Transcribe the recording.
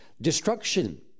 destruction